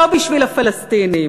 לא בשביל הפלסטינים,